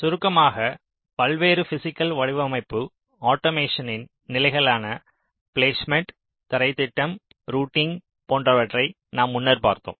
சுருக்கமாக பல்வேறு பிஸிக்கல் வடிவமைப்பு ஆட்டோமேஷனின் நிலைகளான பிலேஸ்மேன்ட் தரைத் திட்டம் ரூட்டிங் போன்றவற்றை நாம் முன்னர் பார்த்தோம்